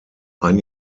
ein